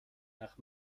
nach